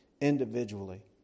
individually